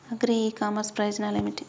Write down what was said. Agri e commerce ప్రయోజనాలు ఏమిటి?